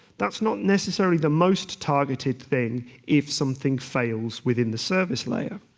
that's not necessarily the most targeted thing if something fails within the service layer.